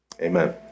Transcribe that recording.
Amen